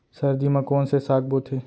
सर्दी मा कोन से साग बोथे?